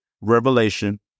Revelation